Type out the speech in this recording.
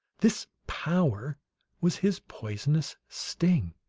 this power was his poisonous sting.